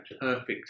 Perfect